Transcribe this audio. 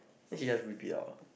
then she just rip it out